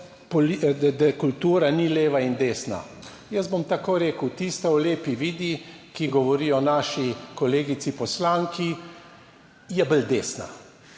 da kultura ni leva in desna. Jaz bom tako rekel. Tista o Lepi Vidi, ki govori o naši kolegici poslanki je bolj desna.